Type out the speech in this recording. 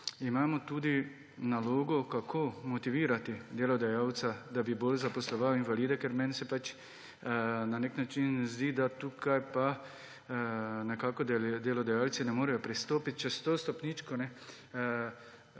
imamo tudi nalogo, kako motivirati delodajalca, da bi bolj zaposloval invalide. Meni se pač na nak način zdi, da tukaj pa nekako delodajalci ne morejo pristopiti čez to stopničko, da